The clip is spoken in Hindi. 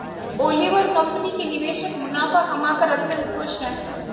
ओलिवर कंपनी के निवेशक मुनाफा कमाकर अत्यंत खुश हैं